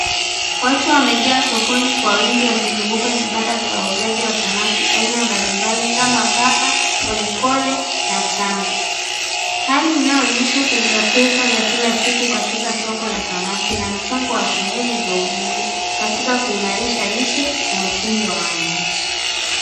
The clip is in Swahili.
Watu wamejaa sokoni kwa wingi wakizunguka vibanda vya wauzaji wa samaki aina mbalimbali kama papa, kolekole na changu. Hali inayoonyesha pilkapilka za kila siku katika soko la samaki na mchango wa shughuli za uvuvi katika kuimarisha lishe na uchumi wa wananchi.